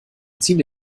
ziehen